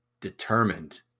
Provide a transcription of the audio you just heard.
determined